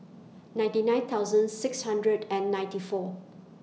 ninety nine thousand six hundred and ninety four